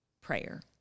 prayer